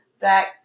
back